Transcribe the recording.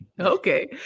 Okay